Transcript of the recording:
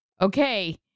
Okay